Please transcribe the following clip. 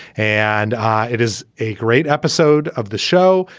and it is a great episode of the show.